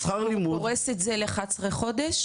-- הוא פורס את זה ל-11 חודש?